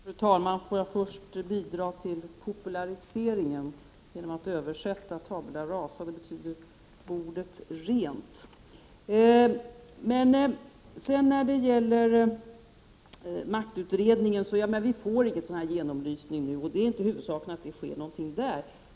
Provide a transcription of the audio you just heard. Fru talman! Får jag först bidra till detta med populariseringen genom att översätta ”tabula rasa”, vilket betyder bordet rent. Först något om maktutredningen. Vi får alltså inte någon genomlysning nu. Men det är inte huvudsaken att det sker något i det avseendet.